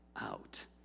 out